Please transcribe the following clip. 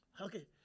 Okay